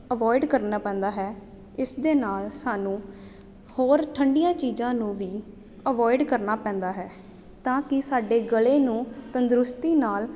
avoid ਕਰਨਾ ਪੈਂਦਾ ਹੈ ਇਸ ਦੇ ਨਾਲ ਸਾਨੂੰ ਹੋਰ ਠੰਡੀਆਂ ਚੀਜ਼ਾਂ ਨੂੰ ਵੀ ਅਵੋਇਡ ਕਰਨਾ ਪੈਂਦਾ ਹੈ ਤਾਂ ਕਿ ਸਾਡੇ ਗਲੇ ਨੂੰ ਤੰਦਰੁਸਤੀ ਨਾਲ